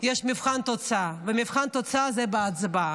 יש מבחן תוצאה, ומבחן התוצאה זה בהצבעה.